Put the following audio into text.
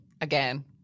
again